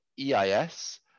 EIS